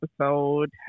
episode